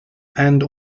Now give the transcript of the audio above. and